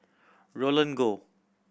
Roland Goh